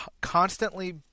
Constantly